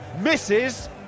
Misses